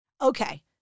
Okay